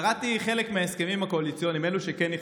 קראתי חלק מההסכמים הקואליציוניים, אלו שכן נחשפו,